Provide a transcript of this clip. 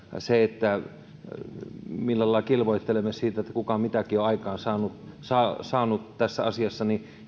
se millä lailla kilvoittelemme siitä kuka on mitäkin jo aikaansaanut tässä asiassa